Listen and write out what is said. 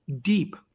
deep